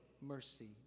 mercy